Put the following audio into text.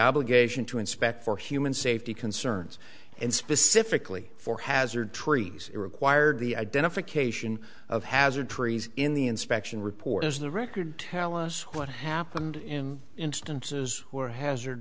obligation to inspect for human safety concerns and specifically for hazard trees required the identification of hazard trees in the inspection report is the record tell us what happened in instances where hazard